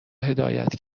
هدایت